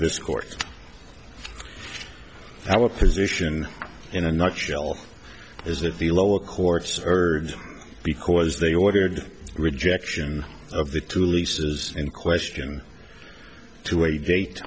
this court our position in a nutshell is that the lower courts heard because they ordered rejection of the two leases and question to a